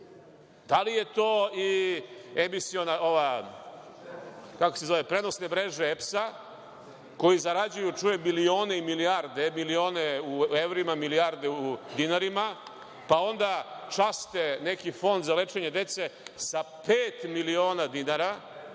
Da li je to i emisiona, ove, kako se zovu prenosne mreža EPS-a koji zarađuju, čujem, milione i milijarde, milione u evrima, milijarde u dinarima, pa onda časte neki fond za lečenje dece sa pet miliona dinara,